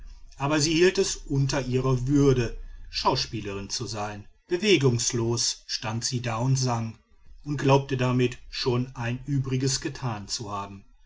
aber sie hielt es unter ihrer würde schauspielerin zu sein bewegungslos stand sie da und sang und glaubte damit schon ein übriges getan zu haben